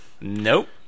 Nope